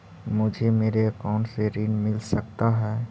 मुझे मेरे अकाउंट से ऋण मिल सकता है?